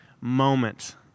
moment